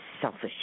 selfish